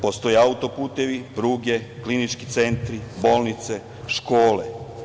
Postoje auto-putevi, pruge, klinički centri, bolnice, škole.